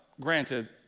granted